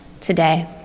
today